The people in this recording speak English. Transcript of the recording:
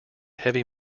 heavy